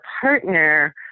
partner